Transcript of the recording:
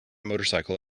motorcycle